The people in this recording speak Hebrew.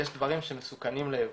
יש דברים שמסוכנים לייבוא.